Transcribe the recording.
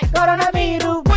coronavirus